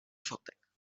fotek